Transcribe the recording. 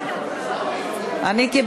ליושב-ראש,